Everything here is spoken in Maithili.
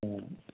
हँ